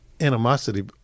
animosity